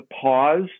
pause